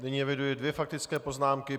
Nyní eviduji dvě faktické poznámky.